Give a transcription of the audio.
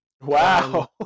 Wow